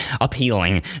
appealing